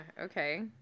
Okay